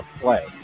play